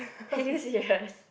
are you serious